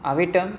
are we done